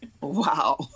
wow